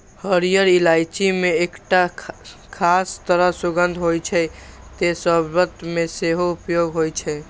हरियर इलायची मे एकटा खास तरह सुगंध होइ छै, तें शर्बत मे सेहो उपयोग होइ छै